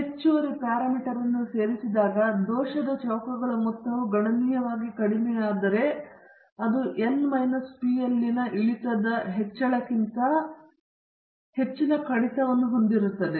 ಹೆಚ್ಚುವರಿ ಪ್ಯಾರಾಮೀಟರ್ ಅನ್ನು ನೀವು ಸೇರಿಸಿದಾಗ ದೋಷದ ಚೌಕಗಳ ಮೊತ್ತವು ಗಣನೀಯವಾಗಿ ಕಡಿಮೆಯಾದರೆ ಅದು ಎನ್ ಮೈನಸ್ ಪಿ ನಲ್ಲಿನ ಇಳಿತದ ಹೆಚ್ಚಳಕ್ಕಿಂತ ಹೆಚ್ಚಿನ ಕಡಿತವನ್ನು ಹೊಂದಿರುತ್ತದೆ